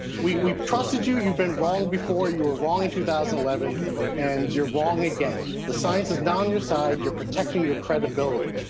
we we've trusted you. you've been wrong before, you were wrong in two thousand and eleven and you're wrong again. the science is now on your side. you're protecting your credibility.